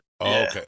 okay